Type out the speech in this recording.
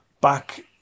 back